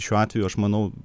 šiuo atveju aš manau